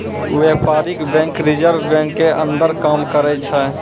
व्यपारीक bank reserve bank के अंदर काम करै छै